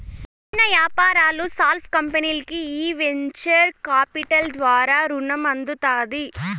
చిన్న యాపారాలు, స్పాల్ కంపెనీల్కి ఈ వెంచర్ కాపిటల్ ద్వారా రునం అందుతాది